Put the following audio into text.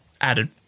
added